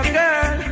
girl